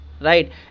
right